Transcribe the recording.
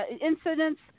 incidents